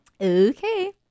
Okay